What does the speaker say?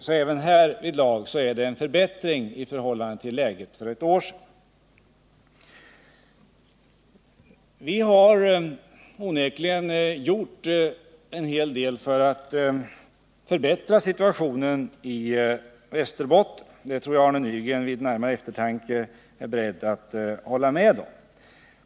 Så även härvidlag är det en förbättring i förhållande till läget för ett år sedan. Vi har onekligen gjort en hel del för att förbättra situationen i Västerbotten. Det tror jag Arne Nygren vid närmare eftertanke är beredd att hålla med om.